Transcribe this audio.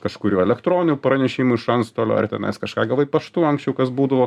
kažkurių elektroninių pranešimų iš antstolio ar tenais kažką gavai paštu anksčiau kas būdavo